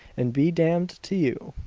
and be damned to you!